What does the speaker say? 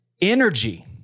energy